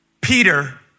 Peter